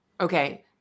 Okay